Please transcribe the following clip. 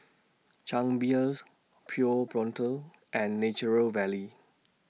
Chang Beers Pure Blonde and Natural Valley